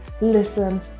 listen